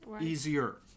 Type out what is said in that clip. Easier